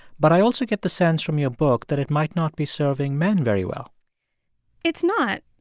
but i also get the sense from your book that it might not be serving men very well it's not.